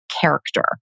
character